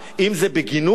אם בגינון,